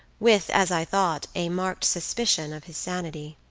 with, as i thought, a marked suspicion of his sanity.